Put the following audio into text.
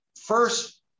first